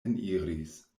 eniris